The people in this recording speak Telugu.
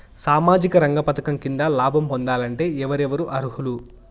సామాజిక రంగ పథకం కింద లాభం పొందాలంటే ఎవరెవరు అర్హులు?